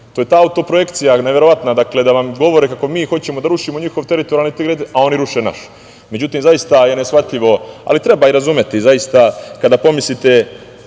To je ta auto-projekcija. Dakle, govore vam kako mi hoćemo da rušimo njihov teritorijalni integritet, a oni ruše nas.Međutim, zaista je neshvatljivo, ali treba ih razumeti zaista. Kada pomislite